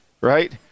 right